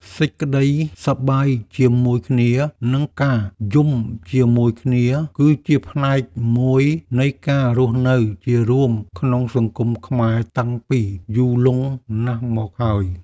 ការសើចសប្បាយជាមួយគ្នា និងការយំជាមួយគ្នា គឺជាផ្នែកមួយនៃការរស់នៅជារួមក្នុងសង្គមខ្មែរតាំងពីយូរលង់ណាស់មកហើយ។